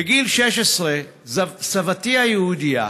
בגיל 16 סבתי היהודייה,